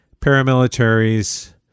paramilitaries